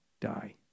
die